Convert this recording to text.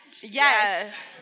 Yes